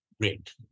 Great